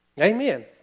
Amen